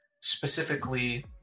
specifically